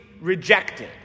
rejected